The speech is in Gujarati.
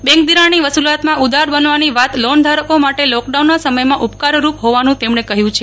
બેંક ધિરાણની વસુલાતમાં ઉદાર બનવાની વાત લોનધારકો માટે લોક ડાઉનના સમયમા ઉપકારરૂપ હોવાનુ તેમણે કહ્યુ છે